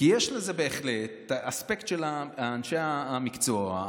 יש לזה בהחלט את האספקט של אנשי המקצוע,